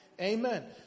Amen